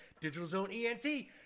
DigitalZoneENT